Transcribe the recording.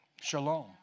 Shalom